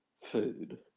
food